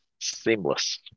Seamless